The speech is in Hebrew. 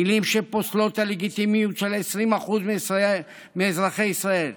מילים שפוסלות את הלגיטימיות של 20% מאזרחי ישראל,